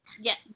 Yes